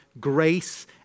grace